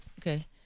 Okay